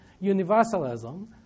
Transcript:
universalism